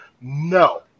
No